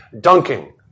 dunking